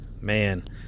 man